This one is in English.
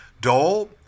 Dole